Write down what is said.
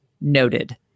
Noted